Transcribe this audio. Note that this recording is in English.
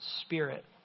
spirit